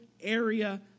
area